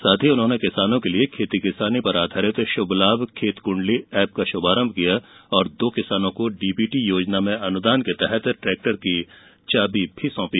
साथ ही किसानों के लिये खेती किसानी पर आधारित शुभ लाभ खेत कुंडली एप का शुभारंभ किया और दो किसानों को डीबीटी योजना में अनुदान पर ट्रेक्टर की चाबी सौंपी